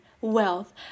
wealth